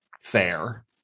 fair